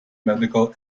medical